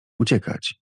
uciekać